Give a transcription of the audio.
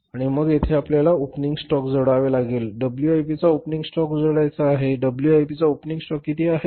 आणि मग येथे आपल्याला ओपनिंग स्टॉक जोडावे लागेल डब्ल्यूआयपीचा ओपनिंग स्टॉक जोडायचा आहे डब्ल्यूआयपीचा ओपनिंग स्टॉक किती आहे